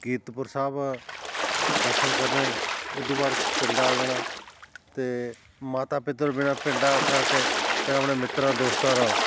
ਕੀਰਤਪੁਰ ਸਾਹਿਬ ਦਰਸ਼ਨ ਕਰਨੇ ਓਦੂ ਬਾਅਦ ਪਿੰਡ ਆ ਜਾਣਾ ਅਤੇ ਮਾਤਾ ਪਿਤਾ ਤੋਂ ਬਿਨਾ ਪਿੰਡ ਆ ਕਰਕੇ ਫਿਰ ਆਪਣੇ ਮਿੱਤਰਾਂ ਦੋਸਤਾਂ ਨਾਲ